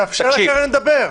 תאפשר לקרן לדבר.